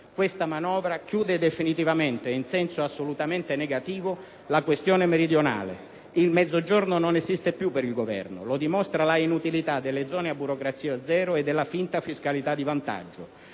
Questa manovra chiude definitivamente e in senso assolutamente negativo la questione meridionale. Il Mezzogiorno non esiste più per il Governo. Lo dimostra l'inutilità delle zone a burocrazia zero e della finta fiscalità di vantaggio.